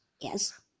Yes